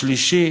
השלישי,